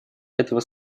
этого